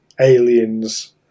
aliens